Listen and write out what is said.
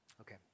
Okay